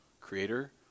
Creator